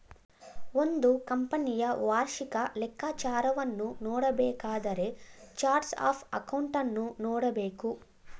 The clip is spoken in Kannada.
ಒಂದು ಕಂಪನಿಯ ವಾರ್ಷಿಕ ಲೆಕ್ಕಾಚಾರವನ್ನು ನೋಡಬೇಕಾದರೆ ಚಾರ್ಟ್ಸ್ ಆಫ್ ಅಕೌಂಟನ್ನು ನೋಡಬೇಕು